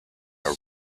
are